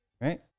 right